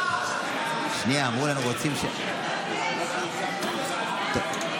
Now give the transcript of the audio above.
שנייה, אמרו לנו שרוצים, טוב,